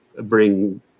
bring